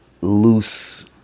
loose